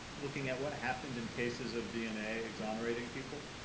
looking at what happened in cases of dna exonerating people.